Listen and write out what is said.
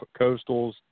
coastals